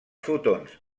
fotons